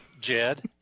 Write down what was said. Jed